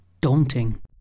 daunting